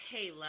Kayla